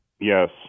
Yes